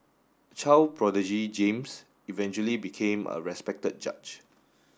child prodigy James eventually became a respected judge